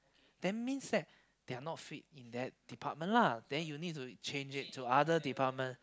then means that they are not fit in that department lah then you need to change it to other department